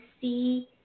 see